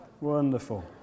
Wonderful